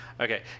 Okay